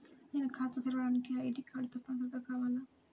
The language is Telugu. నేను ఖాతా తెరవడానికి ఐ.డీ కార్డు తప్పనిసారిగా కావాలా?